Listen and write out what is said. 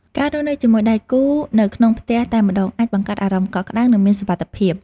ការរស់នៅជាមួយដៃគូនៅក្នុងផ្ទះតែម្ដងអាចបង្កើតអារម្មណ៍កក់ក្តៅ និងមានសុវត្ថិភាព។